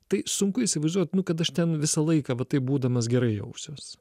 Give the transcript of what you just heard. tai sunku įsivaizduot nu kad aš ten visą laiką va taip būdamas gerai jausiuos